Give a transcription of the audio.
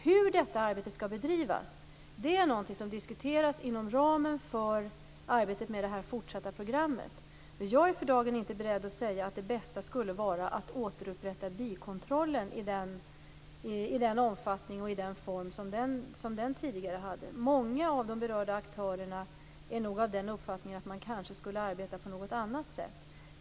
Hur detta arbete skall bedrivas är något som diskuteras inom ramen för arbetet med detta fortsatta program. Men jag är för dagen inte beredd att säga att det bästa skulle vara att återupprätta bikontrollen i den omfattning och i den form som den tidigare hade. Många av de berörda aktörerna är nog av den uppfattningen att man kanske skulle arbeta på något annat sätt.